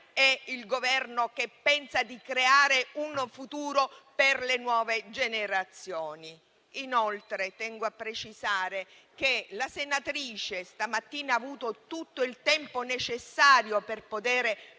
è il Governo che pensa di creare un futuro per le nuove generazioni. Inoltre, tengo a precisare che la senatrice stamattina ha avuto tutto il tempo necessario per potere